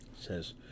says